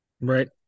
Right